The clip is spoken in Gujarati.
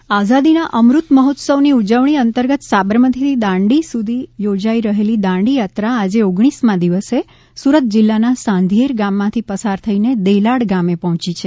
દાંડીયા ત્રા આઝાદીના અમૃત મહોત્સવની ઉજવણી અંતર્ગત સાબરમતીથી દાંડી સુધી યોજાઇ રહેલી દાંડીયાત્રા આજે ઓગણીસમાં દિવસે સુરત જિલ્લાના સાંધિયેર ગામમાંથી પસાર થઈને દેલાડ ગામે પહોંચી છે